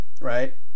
right